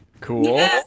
Cool